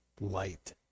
light